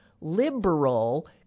liberal